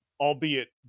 albeit